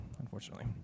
unfortunately